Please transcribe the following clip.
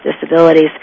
Disabilities